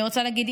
אני רוצה להגיד,